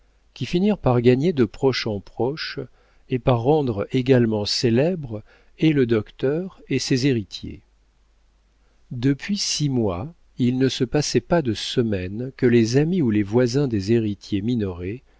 qui finirent par gagner de proche en proche et par rendre également célèbres et le docteur et ses héritiers depuis six mois il ne se passait pas de semaine que les amis ou les voisins des héritiers minoret